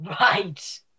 Right